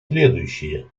следующее